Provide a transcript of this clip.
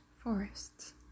forests